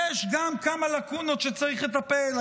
יש גם כמה לקונות שצריך לטפל בהן.